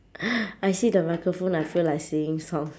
I see the microphone I feel like singing song